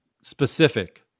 specific